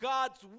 God's